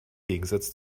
gegensatz